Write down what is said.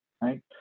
right